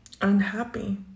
unhappy